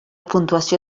puntuació